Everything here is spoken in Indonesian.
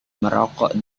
merokok